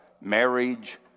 marriage